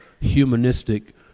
humanistic